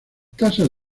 tasas